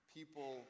People